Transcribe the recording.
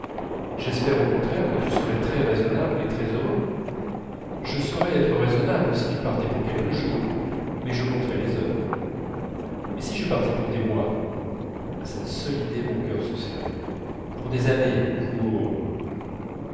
j'espère au contraire que tu serais très raisonnable et très heureux je saurais être raisonnable si tu partais pour quelques jours mais je compterais les heures mais si je partais pour des mois à cette seule idée mon cœur se serrait pour des années pour